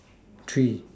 three